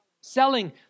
selling